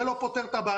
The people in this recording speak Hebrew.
זה לא פותר את הבעיה,